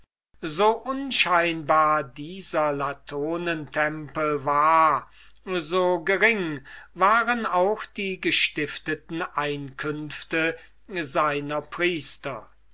so unscheinbar dieser latonentempel war so gering waren auch die gestifteten einkünfte ihrer priesterschaft